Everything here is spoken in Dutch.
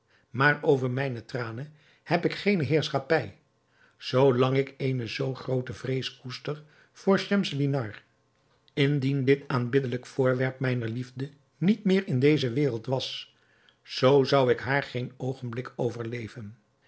maar over mijne tranen heb ik geene heerschappij zoo lang ik eene zoo groote vrees koester voor schemselnihar indien dit aanbiddelijk voorwerp mijner liefde niet meer in deze wereld was zoo zou ik haar geen oogenblik overleven